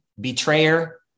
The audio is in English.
betrayer